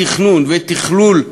תכנון ותכלול,